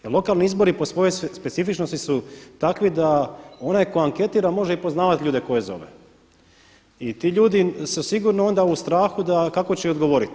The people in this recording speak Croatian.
Jer lokalni izbori po svojoj specifičnosti su takvi da onaj tko anketira može i poznavat ljude koje zove i ti ljudi su sigurno onda u strahu da kako će odgovoriti.